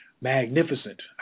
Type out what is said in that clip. magnificent